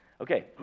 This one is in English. Okay